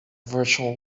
virtual